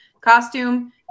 costume